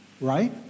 right